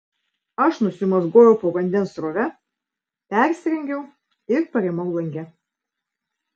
aš nusimazgojau po vandens srove persirengiau ir parimau lange